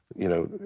you know,